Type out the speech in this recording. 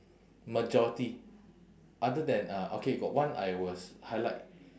majority other than uh okay got one I was highlight